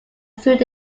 through